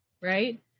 right